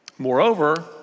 moreover